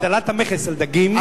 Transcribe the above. הגדלת המכס על דגים.